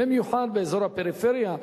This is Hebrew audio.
במיוחד בפריפריה,